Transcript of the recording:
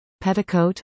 Petticoat